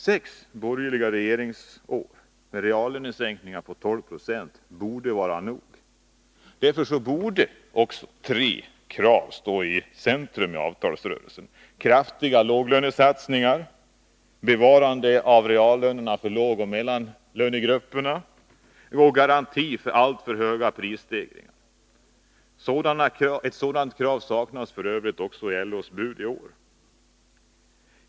Sex borgerliga regeringsår med reallönesänkningar på 12 96 borde vara nog. Därför borde också tre krav stå i centrum i avtalsrörelsen: kraftiga låglönesatsningar, bevarande av reallönerna för lågoch mellanlönegrupperna samt garanti för alltför höga prisstegringar — ett sådant krav saknas f. ö. också i LO:s bud i år.